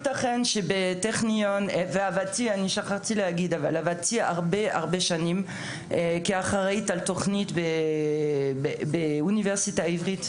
עבדתי הרבה שנים כאחראית על תוכנית לדוברי צרפתית באוניברסיטה העברית